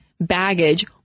baggage